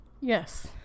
Yes